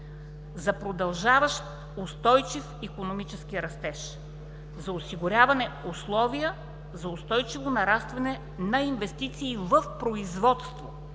за продължаващ устойчив икономически растеж, за осигуряване условия за устойчиво нарастване на инвестиции в производство,